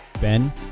Ben